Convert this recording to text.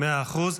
מאה אחוז.